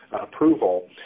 approval